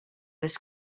this